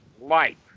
life